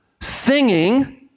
singing